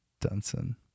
Dunson